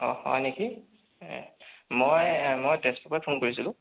অঁ হয় নেকি মই মই তেজপুৰৰ পৰা ফ'ন কৰিছিলোঁ